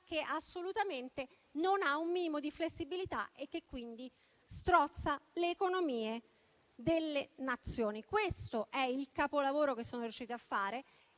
assolutamente un minimo di flessibilità, strozza le economie delle Nazioni. Questo è il capolavoro che sono riusciti a fare